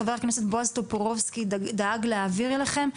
ח"כ טופורובסקי דאג להעביר אליכם.